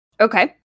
Okay